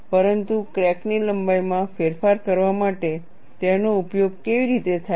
પરંતુ ક્રેક ની લંબાઈમાં ફેરફાર કરવા માટે તેનો ઉપયોગ કેવી રીતે થાય છે